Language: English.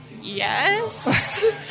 Yes